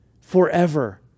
forever